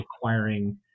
acquiring